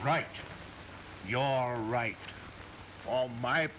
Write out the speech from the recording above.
right you are right all my